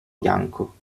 bianco